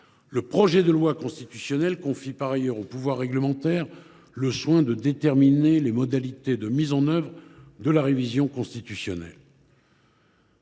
Ce projet de loi constitutionnelle confie par ailleurs au pouvoir réglementaire le soin de déterminer les modalités de mise en œuvre de la révision constitutionnelle.